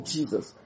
Jesus